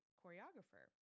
choreographer